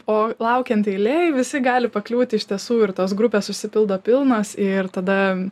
o laukiant eilėj visi gali pakliūti iš tiesų ir tos grupės užsipildo pilnos ir tada